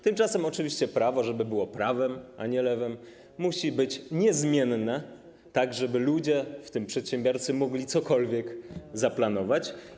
Tymczasem oczywiście prawo, żeby było prawem, a nie lewem, musi być niezmienne, tak żeby ludzie, w tym przedsiębiorcy, mogli cokolwiek zaplanować.